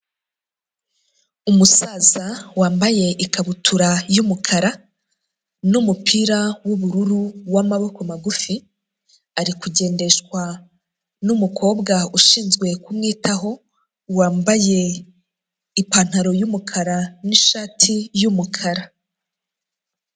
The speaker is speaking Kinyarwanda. Umusaza wambaye ikabutura y'umukara n'umupira w'ubururu w'amaboko magufi arikugendeshwa n'umukobwa ushinzwe kumwitaho wambaye ipantaro y'umukara n'ishati y'umukara.